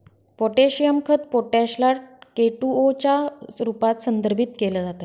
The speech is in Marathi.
पोटॅशियम खत पोटॅश ला के टू ओ च्या रूपात संदर्भित केल जात